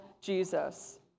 Jesus